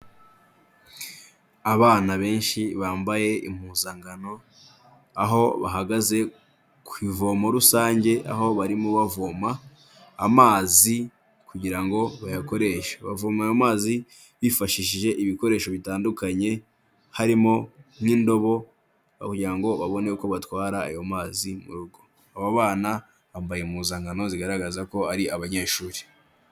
Abana benshi bambaye impuzangano aho bahagaze ku ivomo rusange aho barimo bavoma amazi kugirango bayakoreshe, bavoma ayo amazi bifashishije ibikoresho bitandukanye harimo n'indobo kugira ngo babone uko batwara ayo mazi mugo. Abo bana bambaye impuzankano zigaragaza ko ari abanyeshuri.